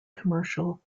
commercial